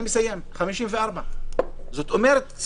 זאת אומרת,